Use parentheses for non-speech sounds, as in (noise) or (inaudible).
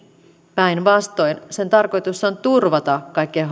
päinvastoin sen tarkoitus on turvata kaikkein (unintelligible)